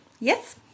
yes